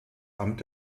amt